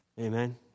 Amen